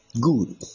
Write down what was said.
good